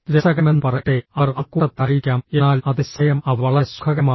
രസകരമെന്നു പറയട്ടെ അവർ ആൾക്കൂട്ടത്തിലായിരിക്കാം എന്നാൽ അതേ സമയം അവർ വളരെ സുഖകരമാണ്